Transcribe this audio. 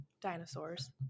dinosaurs